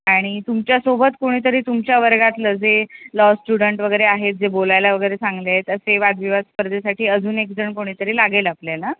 आणि तुमच्यासोबत कोणीतरी तुमच्या वर्गातलं जे लॉ स्टुडंट वगैरे आहेत जे बोलायला वगैरे चांगले आहेत असे वादविवाद स्पर्धेसाठी अजून एकजण कोणीतरी लागेल आपल्याला